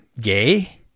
gay